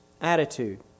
Attitude